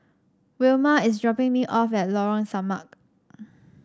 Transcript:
Wilma is dropping me off at Lorong Samak